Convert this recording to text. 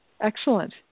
Excellent